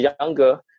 younger